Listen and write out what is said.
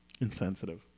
insensitive